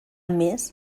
més